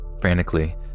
Frantically